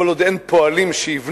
כל עוד אין פועלים שיבנו